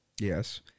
Yes